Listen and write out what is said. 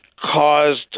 caused